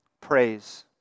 Praise